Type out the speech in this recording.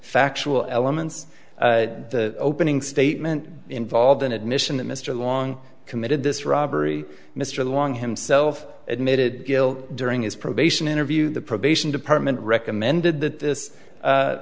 factual elements that the opening statement involved an admission that mr long committed this robbery mr long himself admitted guilt during his probation interview the probation department recommended that